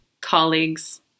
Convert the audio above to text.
colleagues